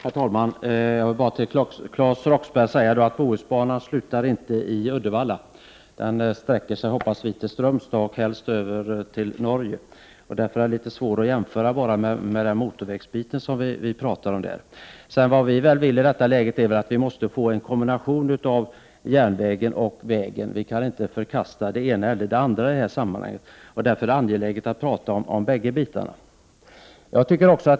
Herr talman! Jag vill till Claes Roxbergh säga att Bohusbanan inte slutar i Uddevalla. Vi hoppas att den sträcker sig till Strömstad och helst över till Norge. Därför är den litet svår att jämföra med den del av motorvägen som vi talade om. I detta läge måste vi få en kombination av järnväg och motorväg. Vi kan inte förkasta vare sig det ena eller det andra. Därför är det angeläget att tala om båda sakerna.